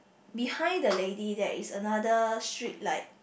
behind the lady there is another switch like